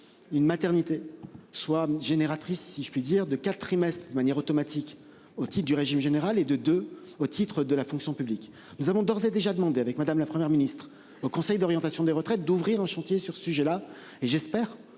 une maternité soit génératrices si je puis dire de 4 trimestres de manière automatique otite du régime général et de de au titre de la fonction publique. Nous avons d'ores et déjà demandé avec madame, la Première ministre au conseil d'orientation des retraites d'ouvrir un chantier sur ce sujet-là et j'espère